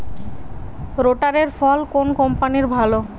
রোটারের ফল কোন কম্পানির ভালো?